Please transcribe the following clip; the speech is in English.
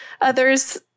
others